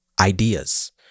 ideas